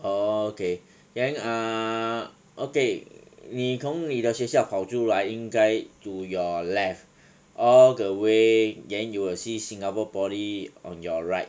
orh okay then err okay 你从你的学校跑出来应该 to your left all the way then you will see singapore poly on your right